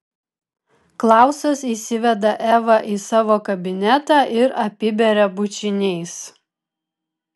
klausas įsiveda evą į savo kabinetą ir apiberia bučiniais